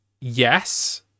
yes